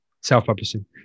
Self-publishing